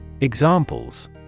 Examples